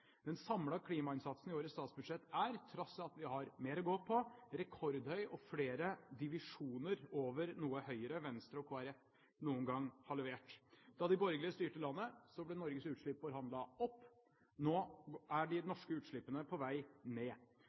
Den samlede klimainnsatsen i årets statsbudsjett er, til tross for at vi har mer å gå på, rekordhøy og flere divisjoner over noe Høyre, Venstre og Kristelig Folkeparti noen gang har levert. Da de borgerlige styrte landet, ble Norges utslipp forhandlet opp, nå er de norske utslippene på vei ned.